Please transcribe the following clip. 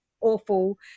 awful